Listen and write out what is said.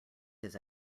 his